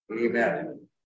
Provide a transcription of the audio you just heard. Amen